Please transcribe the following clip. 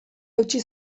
hautsi